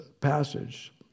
passage